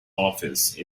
office